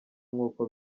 nk’uko